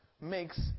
makes